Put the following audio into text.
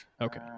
Okay